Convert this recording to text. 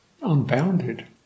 unbounded